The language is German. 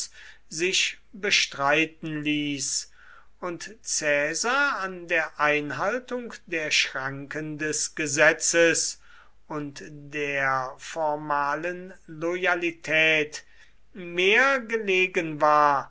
sich bestreiten ließ und caesar an der einhaltung der schranken des gesetzes und der formalen loyalität mehr gelegen war